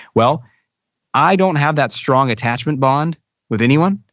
well i don't have that strong attachment bond with anyone.